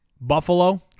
Buffalo